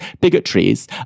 bigotries